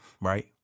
right